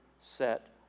set